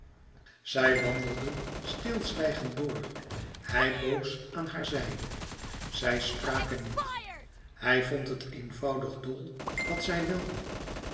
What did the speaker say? zij wandelden stilzwijgend door hij boos aan hare zijde zij spraken niet hij vond het eenvoudig dol wat zij wilde